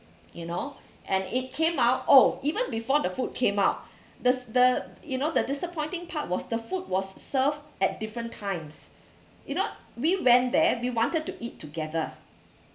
you know and it came out oh even before the food came out the s~ the you know the disappointing part was the food was served at different times you know we went there we wanted to eat together